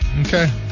Okay